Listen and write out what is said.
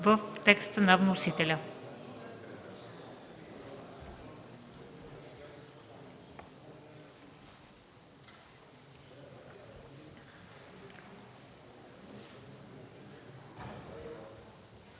текста на вносителя